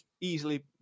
easily